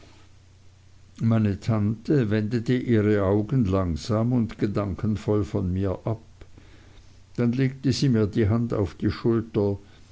meine tante wendete ihre augen langsam und gedankenvoll von mir ab dann legte sie mir die hand auf die schulter